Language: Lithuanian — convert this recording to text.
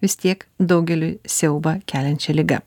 vis tiek daugeliui siaubą keliančia liga